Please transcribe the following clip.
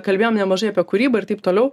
kalbėjom nemažai apie kūrybą ir taip toliau